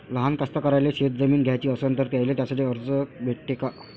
लहान कास्तकाराइले शेतजमीन घ्याची असन तर त्याईले त्यासाठी कर्ज भेटते का?